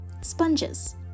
sponges